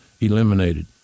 eliminated